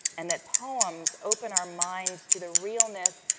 and that poems open our minds to the realness,